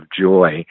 joy